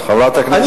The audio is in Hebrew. חברת הכנסת